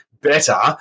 Better